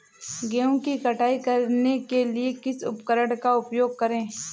गेहूँ की कटाई करने के लिए किस उपकरण का उपयोग करें?